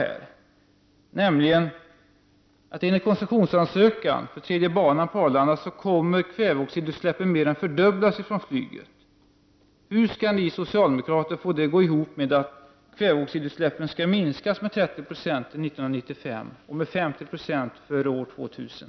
Enligt koncessionsansökan för den tredje banan på Arlanda kommer kväveoxidutsläppen från flyget att mer än fördubblas. Hur skall ni socialdemokrater få det att gå ihop med att kväveoxidutsläppen skall minskas med 30 9 till år 1995 och med 50 96 före år 2000?